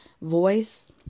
voice